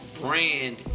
Brand